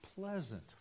pleasant